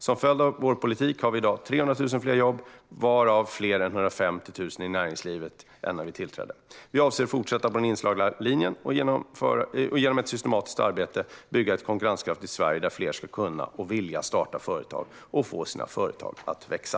Som en följd av vår politik har vi i dag 300 000 fler jobb, varav fler än 150 000 i näringslivet, än när vi tillträdde. Vi avser att fortsätta på den inslagna linjen och genom ett systematiskt arbete bygga ett konkurrenskraftigt Sverige där fler ska kunna och vilja starta företag och få sina företag att växa.